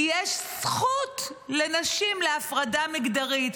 כי יש זכות לנשים להפרדה מגדרית,